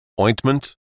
ointment